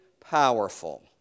powerful